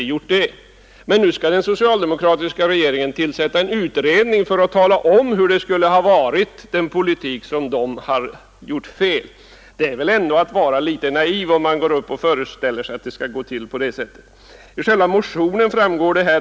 Nu skall alltså, enligt honom, den socialdemokratiska regeringen tillsätta en utredning för att tala om hur den politik som förts med alla dess fel i stället borde ha varit. Det är väl ändå att vara litet naiv att föreställa sig att det skall gå till på det viset.